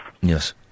Yes